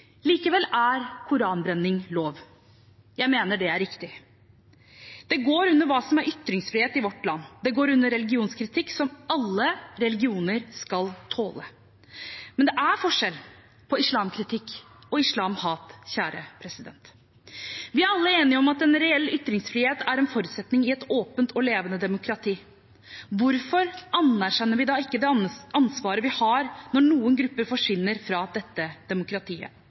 Likevel er koranbrenning lov. Jeg mener det er riktig. Det går under hva som er ytringsfrihet i vårt land. De går under religionskritikk, som alle religioner skal tåle. Men det er forskjell på islamkritikk og islamhat. Vi er alle enige om at en reell ytringsfrihet er en forutsetning i et åpent og levende demokrati. Hvorfor anerkjenner vi da ikke det ansvaret vi har når noen grupper forsvinner fra dette demokratiet?